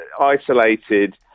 isolated